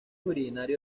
originario